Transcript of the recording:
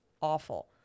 awful